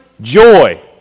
Joy